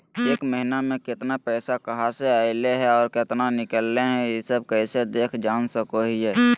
एक महीना में केतना पैसा कहा से अयले है और केतना निकले हैं, ई सब कैसे देख जान सको हियय?